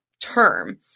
term